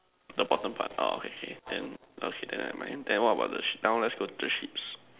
the bottom part orh okay okay then okay then I then what about the sheep now let's go to the sheeps